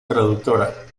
traductora